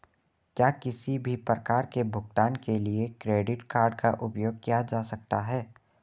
क्या किसी भी प्रकार के भुगतान के लिए क्रेडिट कार्ड का उपयोग किया जा सकता है?